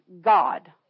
God